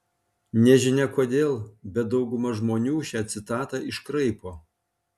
nežinia kodėl bet dauguma žmonių šią citatą iškraipo